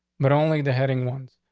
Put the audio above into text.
but only the heading ones.